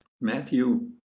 Matthew